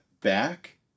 back